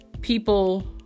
people